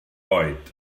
oed